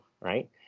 right